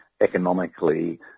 economically